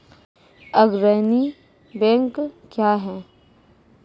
अग्रणी बैंक क्या हैं?